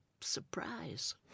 surprise